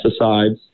pesticides